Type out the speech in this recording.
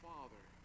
Father